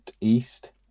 east